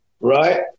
right